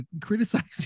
criticizing